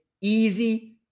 easy